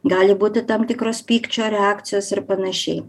gali būti tam tikros pykčio reakcijos ir panašiai